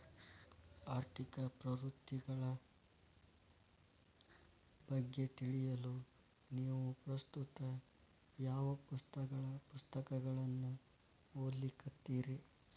ಆರ್ಥಿಕ ಪ್ರವೃತ್ತಿಗಳ ಬಗ್ಗೆ ತಿಳಿಯಲು ನೇವು ಪ್ರಸ್ತುತ ಯಾವ ಪುಸ್ತಕಗಳನ್ನ ಓದ್ಲಿಕತ್ತಿರಿ?